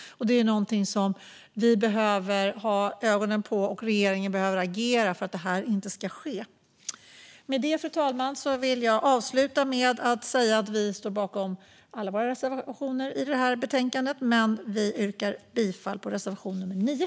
Detta är något som vi behöver ha ögonen på, och regeringen behöver agera för att det inte ska ske. Med detta, fru talman, vill jag avsluta med att säga att vi står bakom alla våra reservationer i betänkandet men att vi yrkar bifall endast till reservation nummer 9.